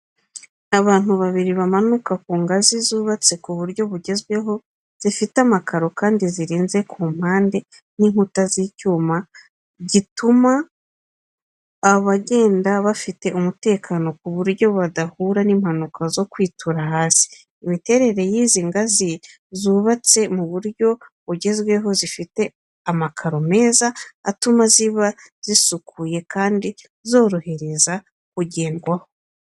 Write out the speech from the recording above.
Abantu bari bamanuka ku ngazi zubatse ku buryo bugezweho, zifite amakaro kandi zirinze ku mpande n’inkuta z'icyuma gituma abagenda bafite umutekano ku buryo badahura n'impanuka zo kwitura hasi. Imiterere y’izi ngazi zubatse mu buryo bugezweho zifite amakaro meza atuma ziba zisukuye kandi zorohereza kugendwaho.